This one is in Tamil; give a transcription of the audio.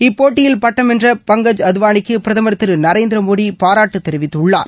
இப்போட்டியில் பட்டம் வென்ற பங்கஜ் அத்வாளிக்கு பிரதமர் திரு நரேந்திர மோடி பாராட்டு தெரிவித்துள்ளார்